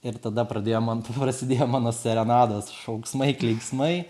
ir tada pradėjo man prasidėjo mano serenados šauksmai klyksmai